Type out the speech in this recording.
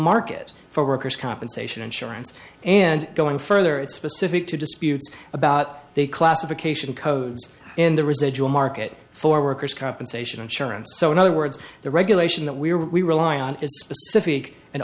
market for workers compensation insurance and going further it's specific to disputes about the classification codes in the residual market for workers compensation insurance so in other words the regulation that we are we rely on